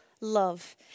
love